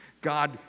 God